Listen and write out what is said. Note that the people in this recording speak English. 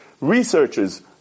Researchers